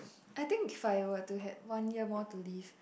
I think if I were to had one more year to live